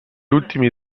ultimi